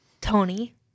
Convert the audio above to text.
Tony